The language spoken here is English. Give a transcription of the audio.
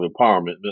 empowerment